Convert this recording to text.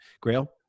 Grail